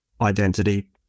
identity